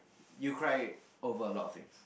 you cry over a lot of things